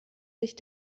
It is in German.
sich